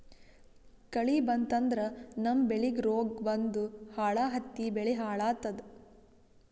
ಕಳಿ ಬಂತಂದ್ರ ನಮ್ಮ್ ಬೆಳಿಗ್ ರೋಗ್ ಬಂದು ಹುಳಾ ಹತ್ತಿ ಬೆಳಿ ಹಾಳಾತದ್